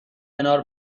کنار